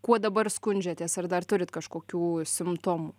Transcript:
kuo dabar skundžiatės ar dar turit kažkokių simptomų